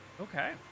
Okay